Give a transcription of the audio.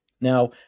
Now